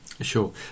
Sure